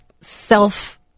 self